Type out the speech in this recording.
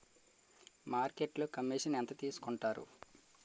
మార్కెట్లో కమిషన్ ఎంత తీసుకొంటారు?